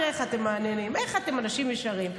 תראו איך אתם מהנהנים, איך אתם אנשים ישרים.